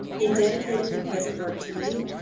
in dedicating the present work to you,